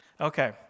Okay